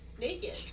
naked